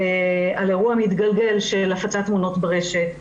על אירוע מתגלגל של הפצת תמונות ברשת.